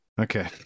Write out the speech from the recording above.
Okay